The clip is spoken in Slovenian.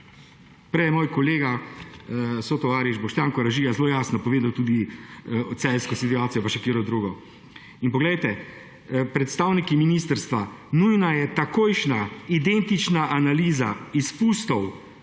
Prej je moj kolega, sotovariš Boštjan Koražija, zelo jasno povedal tudi celjsko situacijo, pa še katero drugo. Poglejte, predstavniki ministrstva, nujna je takojšnja identična analiza izpustov